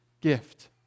gift